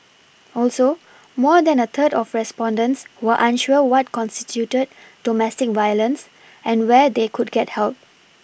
also more than a third of respondents were unsure what constituted domestic violence and where they could get help